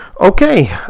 Okay